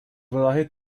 rodaje